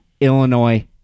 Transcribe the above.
Illinois